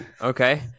Okay